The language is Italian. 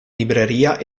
libreria